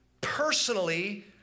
personally